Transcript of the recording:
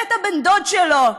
ואת בן-הדוד שלו,